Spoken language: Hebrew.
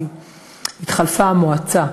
כי התחלפה המועצה.